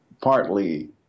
partly